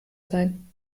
sein